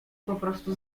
poprostu